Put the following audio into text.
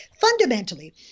fundamentally